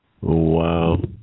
Wow